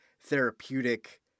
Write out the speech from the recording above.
therapeutic